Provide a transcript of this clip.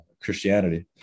Christianity